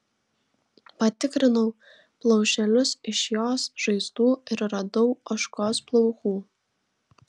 patikrinau plaušelius iš jos žaizdų ir radau ožkos plaukų